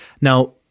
Now